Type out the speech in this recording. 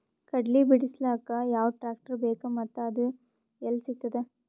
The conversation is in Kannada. ಕಡಲಿ ಬಿಡಿಸಲಕ ಯಾವ ಟ್ರಾಕ್ಟರ್ ಬೇಕ ಮತ್ತ ಅದು ಯಲ್ಲಿ ಸಿಗತದ?